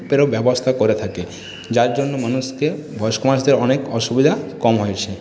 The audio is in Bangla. ব্যবস্থা করে থাকে যার জন্য মানুষকে বয়স্ক মানুষদের অনেক অসুবিধা কম হয়েছে